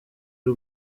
y’u